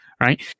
right